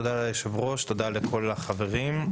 תודה ליושב-ראש ולכל החברים.